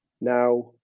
Now